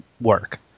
work